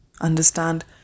Understand